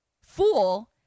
Fool